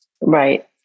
Right